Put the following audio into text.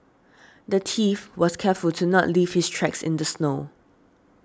the thief was careful to not leave his tracks in the snow